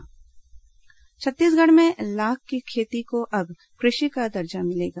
लाख खेती छत्तीसगढ़ में लाख की खेती को अब कृषि का दर्जा मिलेगा